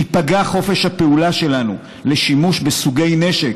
ייפגע חופש הפעולה שלנו לשימוש בסוגי נשק